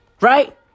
Right